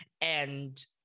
And-